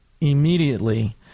immediately